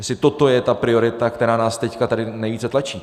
Jestli toto je ta priorita, která nás teď tady nejvíce tlačí.